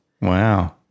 Wow